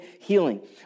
healing